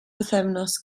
bythefnos